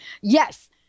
Yes